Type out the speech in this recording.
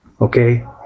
Okay